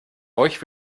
euch